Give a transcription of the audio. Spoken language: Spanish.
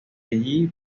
allí